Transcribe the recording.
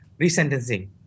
resentencing